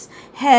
have